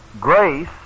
Grace